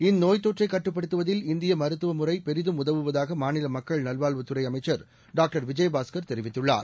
இந்நோய்த் தொற்றை கட்டுப்படுத்துவதில் இந்திய மருத்துவ முறையும் பெரிதும் உதவுவதாக மாநில மக்கள் நல்வாழ்வுத்துறை அமைச்சர் டாக்டர் விஜயபாஸ்கள் தெரிவித்துள்ளார்